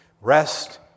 Rest